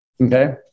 Okay